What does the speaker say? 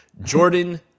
Jordan